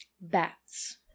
Bats